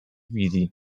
wizji